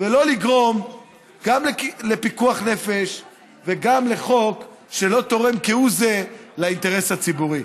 ולא לגרום גם לפיקוח נפש וגם לחוק שלא תורם כהוא זה לאינטרס הציבורי.